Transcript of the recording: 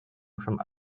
from